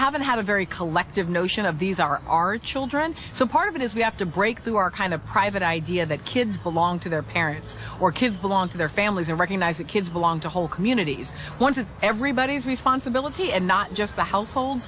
haven't had a very collective notion of these are our children so part of it is we have to break through our kind of private idea that kids belong to their parents or kids belong to their families and recognize that kids belong to whole communities once it's everybody's responsibility and not just the household